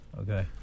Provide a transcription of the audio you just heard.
Okay